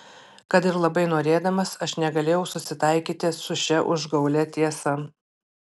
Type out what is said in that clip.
kad ir labai norėdamas aš negalėjau susitaikyti su šia užgaulia tiesa